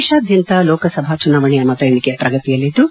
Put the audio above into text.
ದೇಶಾದ್ಯಂತ ಲೋಕಸಭಾ ಚುನಾವಣೆಯ ಮತ ಎಣಿಕೆ ಪ್ರಗತಿಯಲ್ಲಿದ್ದು